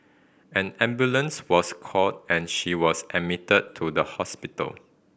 an ambulance was called and she was admitted to the hospital